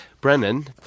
Brennan